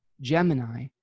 gemini